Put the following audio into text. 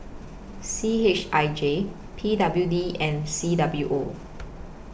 C H I J P W D and C W O